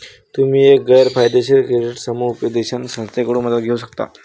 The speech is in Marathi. तुम्ही एक गैर फायदेशीर क्रेडिट समुपदेशन संस्थेकडून मदत घेऊ शकता